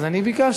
אז אני ביקשתי.